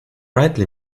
rightly